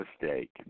mistake